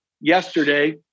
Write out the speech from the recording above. yesterday